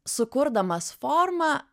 sukurdamas formą